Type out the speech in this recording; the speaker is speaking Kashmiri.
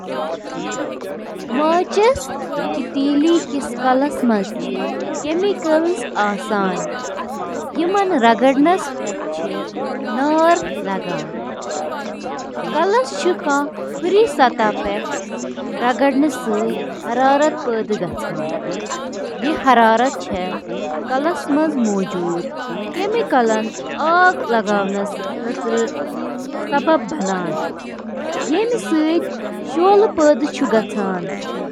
سائیکلٕک اَہَم جُز تہٕ تِم کِتھ کٔنۍ چھِ اِکہٕ وٹہٕ کٲم کران تِمَن منٛز چھِ drive train, crank set, bottom bracket, brakes, wheel تہٕ ٹائر تہٕ باقی۔